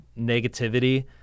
negativity